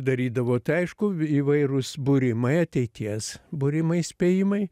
darydavo tai aišku įvairūs būrimai ateities būrimai spėjimai